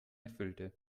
erfüllte